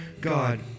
God